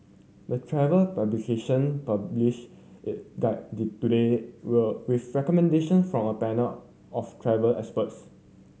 the travel publication published its guide today will recommendation from a panel of travel experts